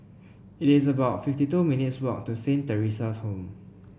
it is about fifty two minutes' walk to Saint Theresa's Home